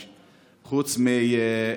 משה,